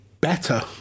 better